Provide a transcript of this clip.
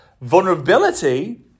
Vulnerability